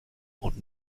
und